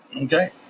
Okay